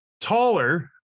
taller